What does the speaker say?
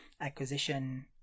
acquisition